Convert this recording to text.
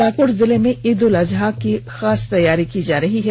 पाक्ड़ जिले में ईद उल अजहा की खास तैयारी की जा रही है